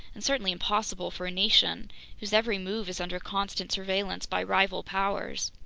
and certainly impossible for a nation whose every move is under constant surveillance by rival powers.